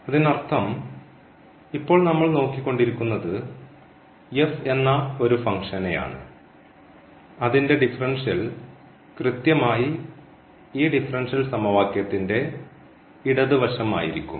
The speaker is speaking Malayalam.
അതിനർത്ഥം ഇപ്പോൾ നമ്മൾ നോക്കിക്കൊണ്ടിരിക്കുന്നത് എന്ന ഒരു ഫംഗ്ഷനെയാണ് അതിന്റെ ഡിഫറൻഷ്യൽ കൃത്യമായി ഈ ഡിഫറൻഷ്യൽ സമവാക്യത്തിന്റെ ഇടത് വശം ആയിരിക്കും